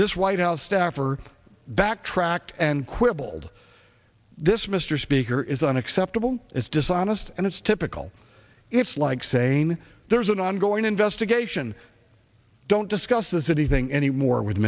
this white house staffer backtracked and quibbled this mr speaker is unacceptable it's dishonest and it's typical it's like saying there's an ongoing investigation don't discuss this city thing anymore with